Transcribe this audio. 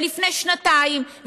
ולפני שנתיים,